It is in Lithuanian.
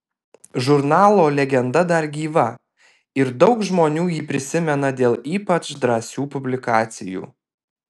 žurnalo legenda dar gyva ir daug žmonių jį prisimena dėl ypač drąsių publikacijų